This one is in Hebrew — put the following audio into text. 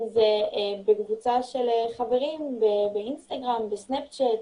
אם זה בקבוצה של חברים באינסטגרם, בסנפצ'ט,